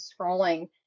scrolling